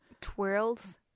Twirls